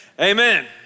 Amen